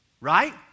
right